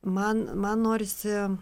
man man norisi